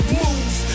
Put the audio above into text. moves